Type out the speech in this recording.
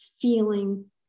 feeling